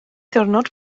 ddiwrnod